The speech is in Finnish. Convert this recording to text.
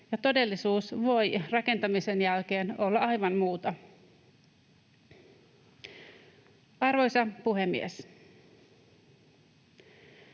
ja todellisuus voi rakentamisen jälkeen olla aivan muuta. Arvoisa puhemies!